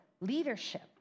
leadership